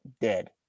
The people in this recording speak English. dead